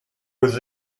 was